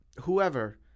whoever